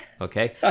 okay